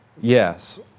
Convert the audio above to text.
yes